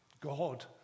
God